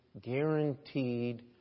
guaranteed